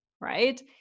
right